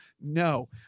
no